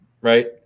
right